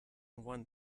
one